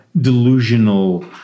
delusional